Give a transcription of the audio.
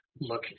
look